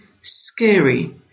scary